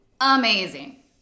amazing